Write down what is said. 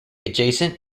adjacent